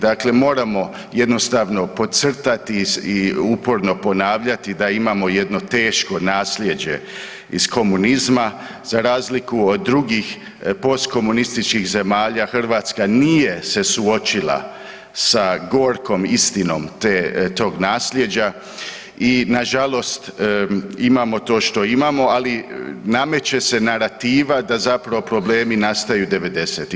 Dakle moramo jednostavno podcrtati i uporno ponavljati da imamo jedno teško nasljeđe iz komunizma, za razliku od drugih postkomunističkih zemalja, Hrvatska nije se suočila sa gorkom istinom tog nasljeđa i nažalost imamo to što imamo, ali nameće se narativa da zapravo problemi nastaju 90-ih.